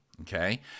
okay